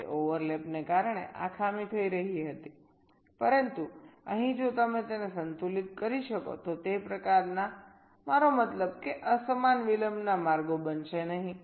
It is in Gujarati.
તે ઓવરલેપને કારણે આ ખામી થઈ રહી હતી પરંતુ અહીં જો તમે તેને સંતુલિત કરી શકો તો તે પ્રકારના મારો મતલબ કે અસમાન વિલંબના માર્ગો બનશે નહીં